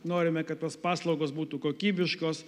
norime kad tos paslaugos būtų kokybiškos